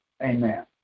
Amen